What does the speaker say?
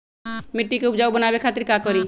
मिट्टी के उपजाऊ बनावे खातिर का करी?